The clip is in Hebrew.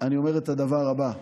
אני אומר את הדבר הבא: